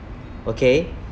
okay